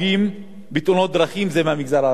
כאשר המגזר הערבי מהווה כ-20%.